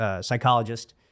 Psychologist